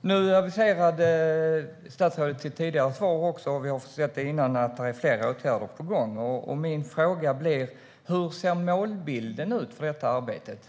Nu aviserade statsrådet i ett tidigare svar - och vi har sett det innan - att det är flera åtgärder på gång. Min fråga blir: Hur ser målbilden ut för detta arbete?